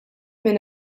minn